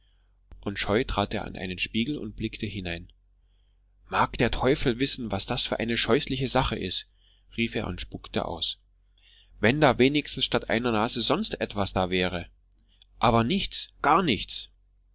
und scheu trat er an einen spiegel und blickte hinein mag der teufel wissen was das für eine scheußliche sache ist rief er und spuckte aus wenn da wenigstens statt der nase sonst etwas da wäre aber nichts gar nichts